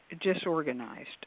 disorganized